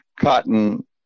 cotton